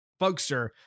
bugster